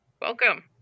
welcome